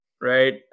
right